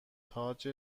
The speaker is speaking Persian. تاج